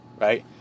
right